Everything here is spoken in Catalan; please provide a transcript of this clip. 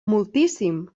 moltíssim